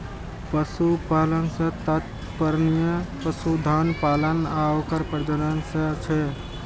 पशुपालन सं तात्पर्य पशुधन पालन आ ओकर प्रजनन सं छै